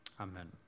Amen